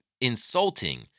insulting